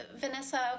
Vanessa